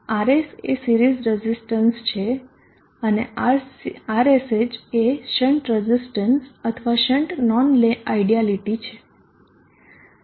RS એ series resistance છે અને RSH એ શન્ટ રઝીસ્ટન્સ અથવા શન્ટ નોન આયડયાલીટી છે